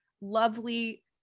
lovely